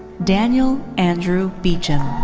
daniel andrew beecham.